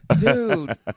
Dude